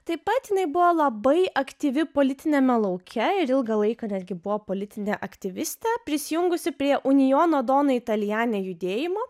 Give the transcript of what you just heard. taip pat jinai buvo labai aktyvi politiniame lauke ir ilgą laiką netgi buvo politinė aktyvistė prisijungusi prie uniono dona italjani judėjimo